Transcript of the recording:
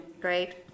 Great